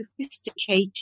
sophisticated